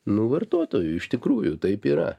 nu vartotojų iš tikrųjų taip yra